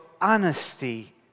honesty